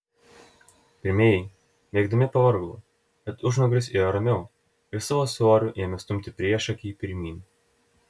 pirmieji bėgdami pavargo bet užnugaris ėjo ramiau ir savo svoriu ėmė stumti priešakį pirmyn